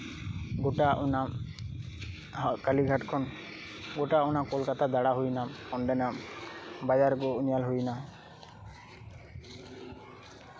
ᱜᱚᱴᱟ ᱚᱱᱟ ᱠᱟᱞᱤᱜᱷᱟᱴ ᱠᱷᱚᱱ ᱜᱚᱴᱟ ᱚᱱᱟ ᱠᱳᱞᱠᱟᱛᱟ ᱫᱟᱬᱟ ᱦᱩᱭᱮᱱᱟ ᱚᱸᱰᱮᱱᱟᱜ ᱵᱟᱡᱟᱨ ᱠᱚ ᱧᱮᱞ ᱦᱩᱭᱮᱱᱟ